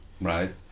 right